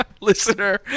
Listener